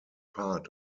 part